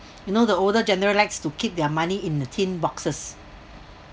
you know the older genre likes to keep their money in the tin boxes